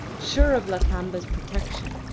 sure of lakamba's protection.